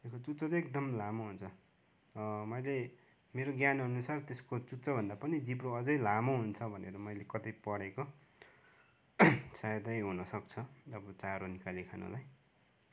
त्यसको चुच्चो चाहिँ एकदम लामो हुन्छ मैले मेरो ज्ञानअनुसार त्यसको चुच्चोभन्दा पनि जिब्रो अझै लामो हुन्छ भनेर मैले कतै पढेको सायदै हुनसक्छ अब चारो निकाली खानुलाई